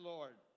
Lord